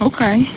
Okay